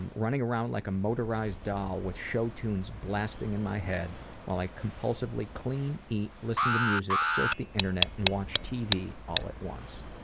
and running around like a motorized doll with show tunes blasting in my head while i compulsively clean, eat, listen to music, surf the internet, and watch tv tv all at once.